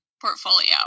portfolio